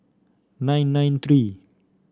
nine nine three